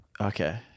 Okay